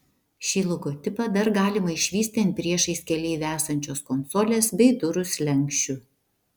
šį logotipą dar galima išvysti ant priešais keleivį esančios konsolės bei durų slenksčių